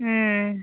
ᱦᱩᱸ